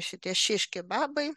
šitie šiškebabai